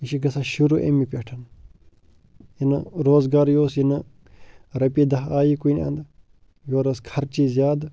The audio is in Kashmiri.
یہِ چھِ گَژھان شُروع اَمی پٮ۪ٹھ یہِ نہٕ روزگارٕے اوس یہِ نہٕ رۄپیہِ دَہ آیی کُنہِ اَنٛدٕ یورٕ ٲس خرچی زیادٕ